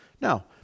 Now